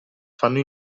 fanno